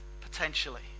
potentially